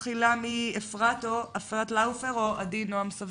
אפרת לאופר, בבקשה.